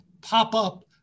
pop-up